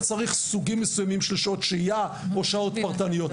צריך סוגים שונים של שעות שהייה או שעות פרטניות.